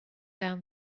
down